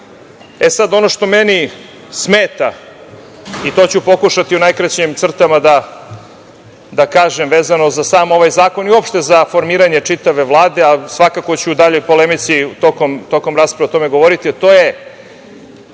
selu. Ono što meni smeta i to ću pokušati u najkraćem crtama da kažem vezano za sam ovaj zakon i uopšte za formiranje čitave Vlade, a svakako ću u daljoj polemici tokom rasprave o tome govoriti, a to je